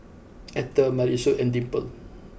Etter Marisol and Dimple